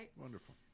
Wonderful